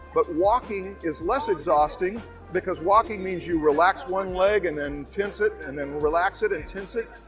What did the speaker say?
but walking is less exhausting because walking means you relax one leg and then tense it and then relax it and tense it.